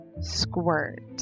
squirt